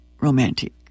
romantic